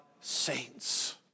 saints